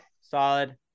solid